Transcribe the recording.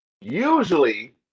Usually